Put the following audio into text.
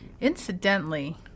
Incidentally